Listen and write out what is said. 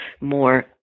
more